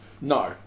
no